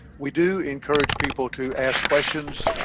we do encourage people to ask questions.